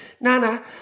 Nana